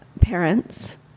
parents